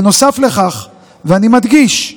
נוסף לכך, ואני מדגיש: